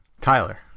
Tyler